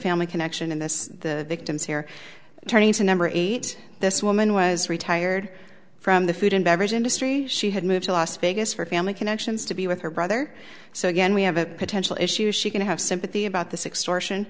family connection in this the victims here turning to number eight this woman was retired from the food and beverage industry she had moved to las vegas for family connections to be with her brother so again we have a potential issue she can have sympathy about th